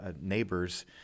neighbors